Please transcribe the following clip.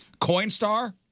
Coinstar